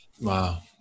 Wow